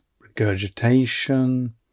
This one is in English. regurgitation